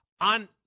On